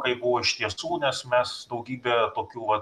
kaip buvo iš tiesų nes mes daugybė tokių va